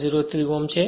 03 Ω છે